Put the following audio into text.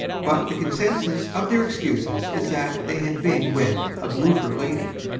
but the consensus of their excuses is that they had been with a bloofer lady.